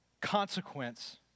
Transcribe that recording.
consequence